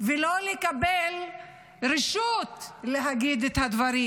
ולא קבלת רשות להגיד את הדברים.